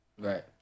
Right